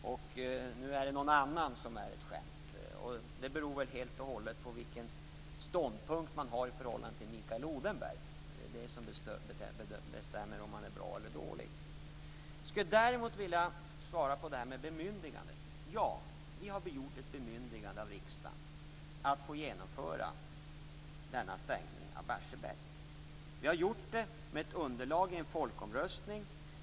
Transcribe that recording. Nu är det någon annan som är ett skämt. Det som bestämmer om man är bra eller dålig är väl helt enkelt vilken ståndpunkt man har i förhållande till Mikael Odenberg. Jag skall däremot svara på Mikael Odenbergs fråga om bemyndigandet. Ja, vi har begärt riksdagens bemyndigande att få genomföra denna stängning av Barsebäck. Vi har gjort det med ett underlag i en folkomröstning.